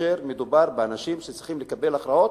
כאשר מדובר באנשים שצריכים לקבל הכרעות,